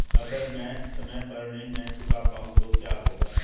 अगर म ैं समय पर ऋण न चुका पाउँ तो क्या होगा?